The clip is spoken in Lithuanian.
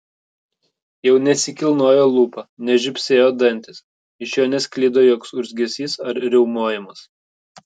jau nesikilnojo lūpa nežybsėjo dantys iš jo nesklido joks urzgesys ar riaumojimas